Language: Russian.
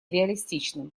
реалистичным